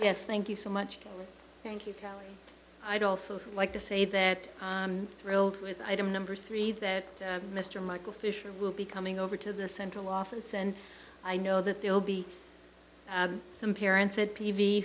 yes thank you so much thank you kelly i'd also like to say that thrilled with item number three that mr michael fisher will be coming over to the central office and i know that there will be some parents at p v